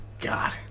god